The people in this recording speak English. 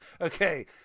Okay